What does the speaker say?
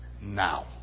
now